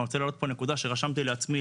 אני רוצה להעלות פה נקודה שרשמתי לעצמי,